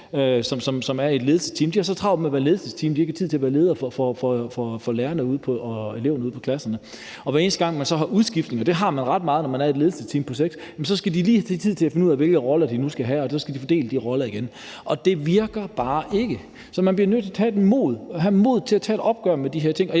omkring fem-seks personer. De har så travlt med at være ledelsesteam, at de ikke har tid til at være ledere for lærerne og eleverne ude i klasserne. Hver eneste gang de så har udskiftning – og det har man ret meget, når man er et ledelsesteam på seks personer – skal de lige have tid til at finde ud af, hvilke roller de nu skal have, og så skal de fordele de roller igen. Det virker bare ikke. Så man bliver nødt til at have modet til at tage et opgør med de her ting.